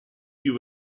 più